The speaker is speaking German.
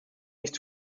nicht